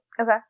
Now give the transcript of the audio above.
okay